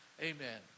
Amen